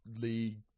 league